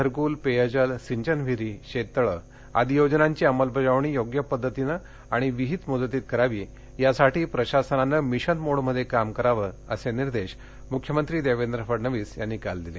घरक्ल पेयजल सिंचन विहिरी शेततळे आदी योजनांची अंमलबजावणी योग्य पद्धतीने आणि विहित मुदतीत करावी यासाठी प्रशासनाने मिशन मोडमध्ये काम करावं असे निर्देश मुख्यमंत्री देवेंद्र फडणवीस यांनी काल दिले